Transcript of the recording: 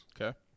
Okay